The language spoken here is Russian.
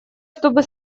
чтобы